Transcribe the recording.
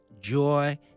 joy